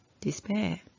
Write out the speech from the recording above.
despair